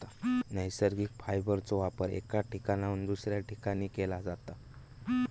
नैसर्गिक फायबरचो वापर एका ठिकाणाहून दुसऱ्या ठिकाणी केला जाता